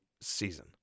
season